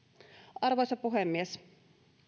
arvoisa puhemies